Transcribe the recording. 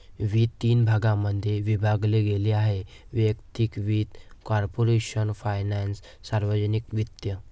वित्त तीन भागांमध्ये विभागले गेले आहेः वैयक्तिक वित्त, कॉर्पोरेशन फायनान्स, सार्वजनिक वित्त